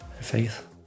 faith